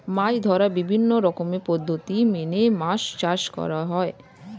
মাছ ধরার বিভিন্ন রকমের পদ্ধতি মেনে মাছ চাষ করা হয়